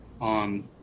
on